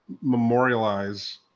memorialize